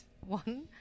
one